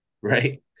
right